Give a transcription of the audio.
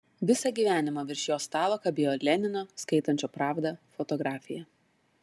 visą gyvenimą virš jo stalo kabėjo lenino skaitančio pravdą fotografija